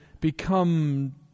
become